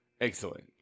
Excellent